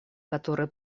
которые